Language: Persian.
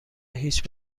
هیچ